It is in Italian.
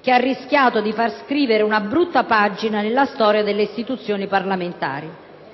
che ha rischiato di far scrivere una brutta pagina nella storia delle istituzioni parlamentari.